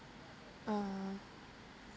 uh